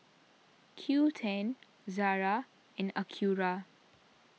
Qoo ten Zara and Acura